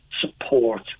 support